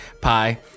pie